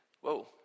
Whoa